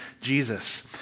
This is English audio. Jesus